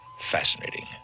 fascinating